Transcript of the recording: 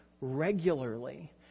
regularly